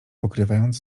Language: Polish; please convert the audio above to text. pokrywając